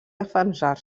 defensar